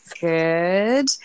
Good